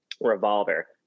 Revolver